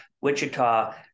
Wichita